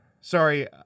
Sorry